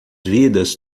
vidas